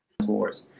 Wars